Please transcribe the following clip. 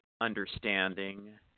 understanding